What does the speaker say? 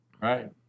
Right